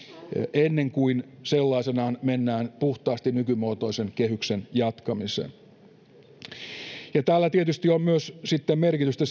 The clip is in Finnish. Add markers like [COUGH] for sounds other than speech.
ennen kuin sellaisenaan mennään puhtaasti nykymuotoisen kehyksen jatkamiseen ja tietysti tällä on myös merkitystä [UNINTELLIGIBLE]